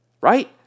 right